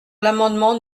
l’amendement